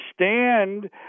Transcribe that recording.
understand